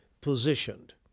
positioned